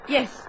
Yes